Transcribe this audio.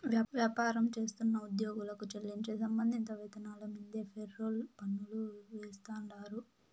వ్యాపారం చేస్తున్న ఉద్యోగులకు చెల్లించే సంబంధిత వేతనాల మీన్దే ఫెర్రోల్ పన్నులు ఏస్తాండారు